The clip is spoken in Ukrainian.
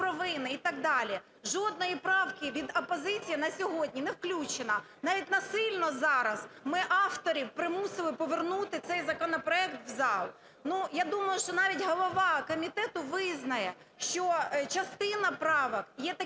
і так далі. Жодної правки від опозиції на сьогодні не включено. Навіть насильно зараз ми авторів примусили повернути цей законопроект в зал. Я думаю, що навіть голова комітету визнає, що частина правок є такими